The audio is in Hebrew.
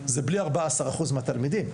זה בלי 14% מהתלמידים.